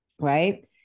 right